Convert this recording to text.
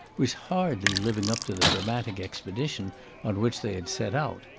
was hardly living up to the dramatic expedition on which they had set out.